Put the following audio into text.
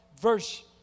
verse